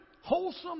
wholesome